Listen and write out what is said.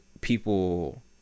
people